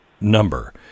number